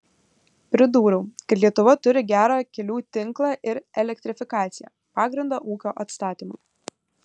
pridūriau kad lietuva turi gerą kelių tinklą ir elektrifikaciją pagrindą ūkio atstatymui